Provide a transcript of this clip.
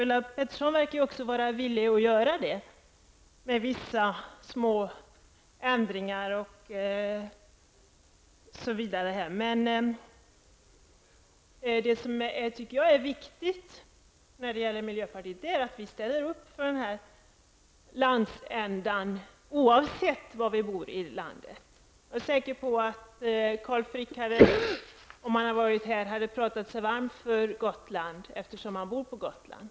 Ulla Pettersson verkade ju också vara villig att göra det, med vissa små ändringar. Men det som jag tycker är viktigt med miljöpartiets ståndpunkt är att vi ställer upp för den här landsändan oavsett var vi bor i landet. Jag är säker på att Carl Frick, om han hade varit här, hade talat sig varm för Gotland eftersom han bor på Gotland.